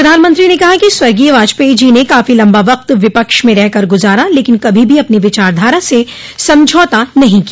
प्रधानमंत्री ने कहा कि स्वर्गीय वाजपेई जी ने काफी लम्बा वक्त विपक्ष में रह कर गुजारा लेकिन कभी भी अपनी विचारधारा से समझौता नहीं किया